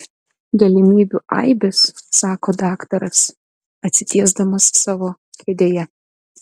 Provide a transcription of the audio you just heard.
galimybių aibės sako daktaras atsitiesdamas savo kėdėje